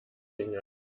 dinge